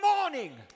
morning